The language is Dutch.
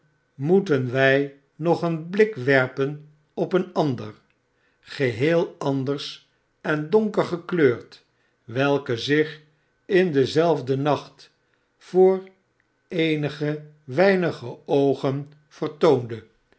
moeten wij nog een blik werpen op een ander geheel anders en donker gekleurd hetwelk zich in hen zelfden nacht voor eenige weinige oogen vertoonde